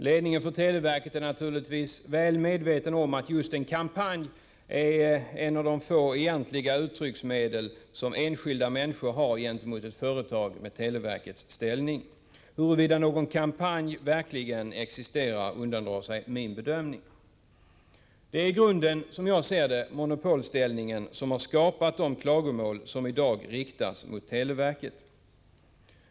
Ledningen för televerket är naturligtvis väl medveten om att just en kampanj är ett av de få uttrycksmedel enskilda människor har gentemot ett företag med televerkets ställning. Huruvida någon kampanj verkligen existerar undandrar sig min bedömning. Som jag ser det är det just monopolställningen som har skapat grunden för de klagomål som i dag riktas mot televerket.